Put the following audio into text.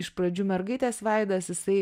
iš pradžių mergaitės veidas jisai